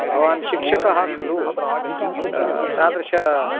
भवान् शिक्षकः खलु तादृशम्